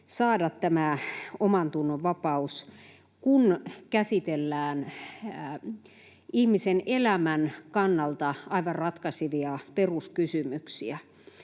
saada tämä omantunnonvapaus, kun käsitellään ihmisen elämän kannalta aivan ratkaisevia peruskysymyksiä.